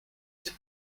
qué